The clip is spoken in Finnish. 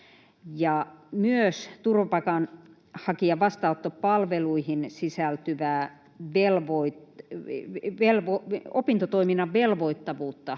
myös turvapaikanhakijan vastaanottopalveluihin sisältyvää opintotoiminnan velvoittavuutta